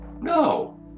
No